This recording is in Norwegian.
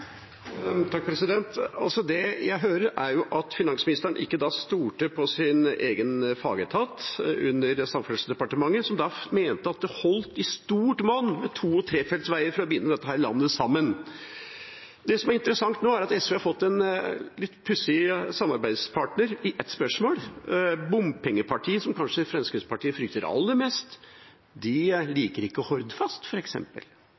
Det jeg hører, er at finansministeren ikke stolte på sin egen fagetat under Samferdselsdepartementet, som mente at det i stort monn holdt med to- og trefeltsveier for å binde dette landet sammen. Det som er interessant nå, er at SV har fått en litt pussig samarbeidspartner i ett spørsmål. Bompengepartiet, som kanskje Fremskrittspartiet frykter aller mest,